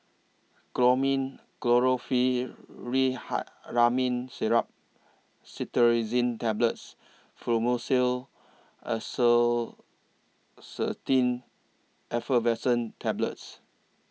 Chlormine Syrup Cetirizine Tablets and Fluimucil Effervescent Tablets